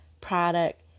product